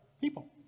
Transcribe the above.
people